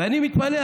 ואני מתפלא.